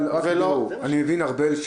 ארבל,